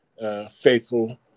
faithful